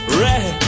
red